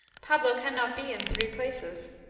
pablo can not be in three places.